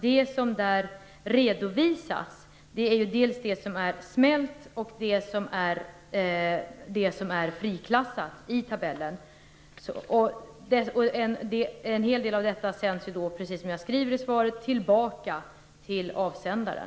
Det som redovisas i tabellen är dels det som är smält, dels det som är friklassat. En hel del av detta sänds, precis som jag sade i svaret, tillbaka till avsändaren.